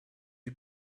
you